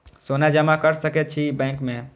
सोना जमा कर सके छी बैंक में?